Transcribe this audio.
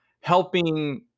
helping